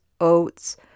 oats